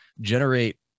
generate